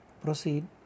proceed